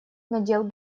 надел